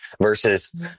versus